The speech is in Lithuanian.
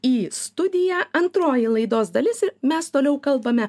į studiją antroji laidos dalis mes toliau kalbame